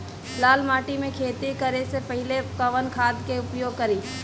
लाल माटी में खेती करे से पहिले कवन खाद के उपयोग करीं?